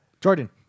Jordan